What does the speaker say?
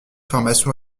formation